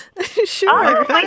Sure